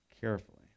carefully